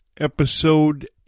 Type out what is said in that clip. episode